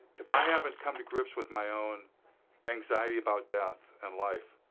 if i haven't come to grips with my own anxiety about death and life,